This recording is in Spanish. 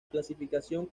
clasificación